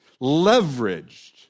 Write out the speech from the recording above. Leveraged